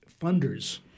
funders